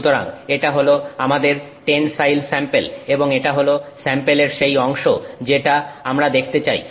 সুতরাং এটা হল আমাদের টেনসাইল স্যাম্পেল এবং এটা হল স্যাম্পেলের সেই অংশ যেটা আমরা দেখতে চাই